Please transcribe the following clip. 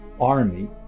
army